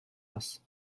است